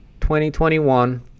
2021